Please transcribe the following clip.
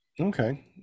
Okay